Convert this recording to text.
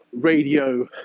radio